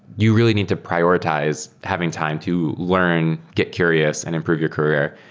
you really need to prioritize having time to learn, get curious and improve your career.